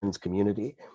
community